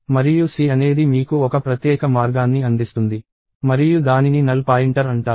మరియు C అనేది మీకు ఒక ప్రత్యేక మార్గాన్ని అందిస్తుంది మరియు దానిని నల్ పాయింటర్ అంటారు